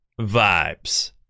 Vibes